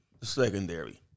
Secondary